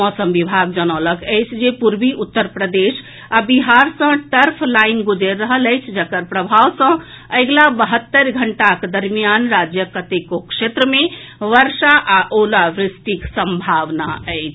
मौसम विभाग जनौलक अछि जे पूर्वी उत्तर प्रदेश आ बिहार सँ टर्फ लाईन गुजरि रहल अछि जकर प्रभाव सँ अगिला बहत्तरि घंटाक दरमियान राज्यक कतेको क्षेत्र मे वर्षा आ ओलावृष्टिक सम्भावना अछि